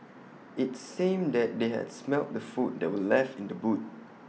IT seemed that they had smelt the food that were left in the boot